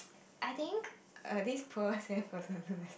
I think err this poor